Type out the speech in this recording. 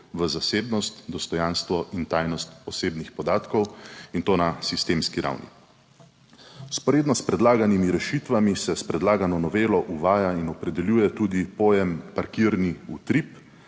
v zasebnost, dostojanstvo in tajnost osebnih podatkov in to na sistemski ravni. Vzporedno s predlaganimi rešitvami se s predlagano novelo uvaja in opredeljuje tudi pojem parkirni utrip,